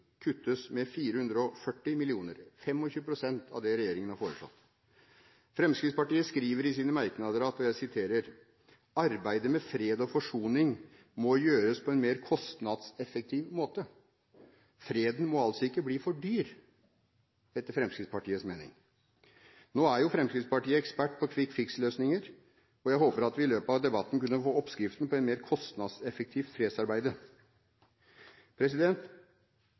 kuttes med 440 mill. kr, 25 pst. av det regjeringen har foreslått. Fremskrittspartiet skriver i sine merknader at «arbeidet med fred og forsoning må gjøres på en mer kostnadseffektiv måte». Freden må altså ikke bli for dyr etter Fremskrittspartiets mening. Nå er jo Fremskrittspartiet ekspert på «quick fix»-løsninger, og jeg håper at vi i løpet av debatten kan få oppskriften på et mer kostnadseffektivt